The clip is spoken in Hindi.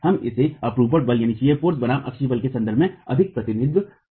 हम इसे अपरूपण बल बनाम अक्षीय बल के संदर्भ में अधिक प्रतिनिधित्व करते हैं